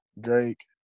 Drake